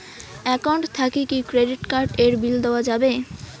Account থাকি কি credit card এর বিল দেওয়া যাবে?